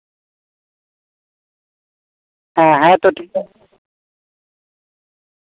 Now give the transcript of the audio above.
ᱦᱮᱸ ᱦᱮᱸᱛᱚ ᱴᱷᱤᱠ ᱜᱮᱭᱟ